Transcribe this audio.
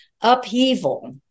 upheaval